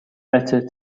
better